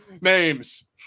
Names